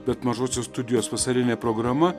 bet mažosios studijos vasarinė programa